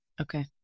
Okay